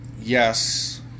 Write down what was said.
yes